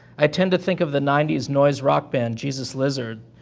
i tend to think of the nineties noise-rock band jesus lizard,